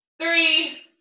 three